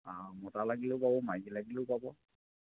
অঁ মতা লাগিলেও পাব মাইকী লাগিলেও পাব